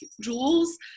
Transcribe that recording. jewels